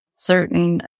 Certain